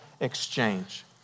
exchange